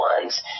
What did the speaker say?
ones